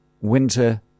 winter